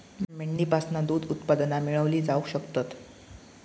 मेंढीपासना दूध उत्पादना मेळवली जावक शकतत